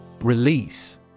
release